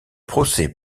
procès